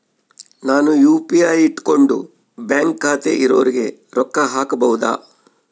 ನಾನು ಯು.ಪಿ.ಐ ಇಟ್ಕೊಂಡು ಬ್ಯಾಂಕ್ ಖಾತೆ ಇರೊರಿಗೆ ರೊಕ್ಕ ಹಾಕಬಹುದಾ?